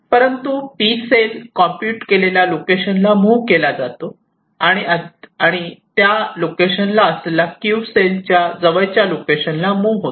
परंतु 'p' cell compute केलेल्या लोकेशनला मूव्ह केला जातो आणि आधी त्या लोकेशनला असलेला 'q' सेल जवळच्या लोकेशनला मूव्ह होतो